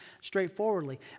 straightforwardly